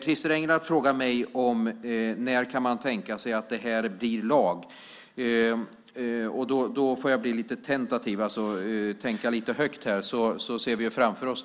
Christer Engelhardt frågar mig när man kan tänka sig att det här blir lag. Om jag då får bli lite tentativ och tänka lite högt ser vi framför oss